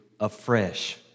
afresh